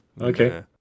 Okay